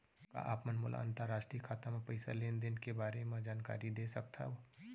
का आप मन मोला अंतरराष्ट्रीय खाता म पइसा लेन देन के बारे म जानकारी दे सकथव?